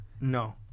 No